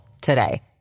today